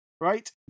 Right